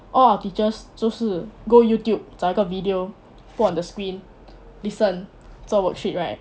all our teachers 就是 go YouTube 找一个 video put on the screen listen 做 worksheet right